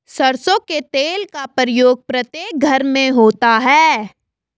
सरसों के तेल का प्रयोग प्रत्येक घर में होता है